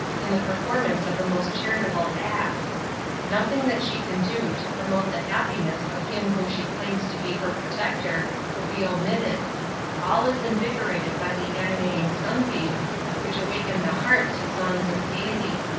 in the performance of the most charitable acts nothing that she can do to promote the happiness of him who she claims to be her protector will be omitted all is invigorated by the animating sunbeams which awaken the heart to songs of gaiety.